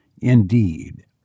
indeed